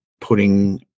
putting